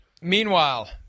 Meanwhile